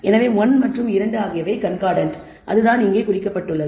எனவே 1 மற்றும் 2 ஆகியவை கண்கார்டன்ட் அதுதான் இங்கே குறிக்கப்படுகிறது